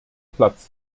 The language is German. platz